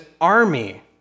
army